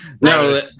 No